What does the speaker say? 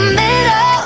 middle